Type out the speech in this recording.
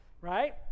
right